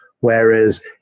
Whereas